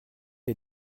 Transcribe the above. est